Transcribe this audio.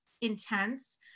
intense